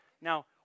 Now